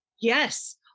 Yes